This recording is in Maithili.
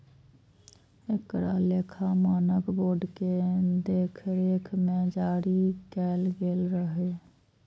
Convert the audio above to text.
एकरा लेखा मानक बोर्ड के देखरेख मे जारी कैल गेल रहै